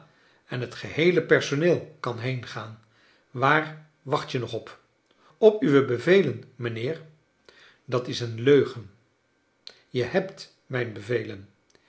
ha het geheele personeel kan heengaan waar wacht je nog op op uwe bevelen mijnheer dat is een leugen je hebt mijn bevelen